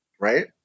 Right